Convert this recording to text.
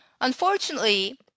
Unfortunately